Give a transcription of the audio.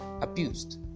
Abused